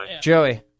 Joey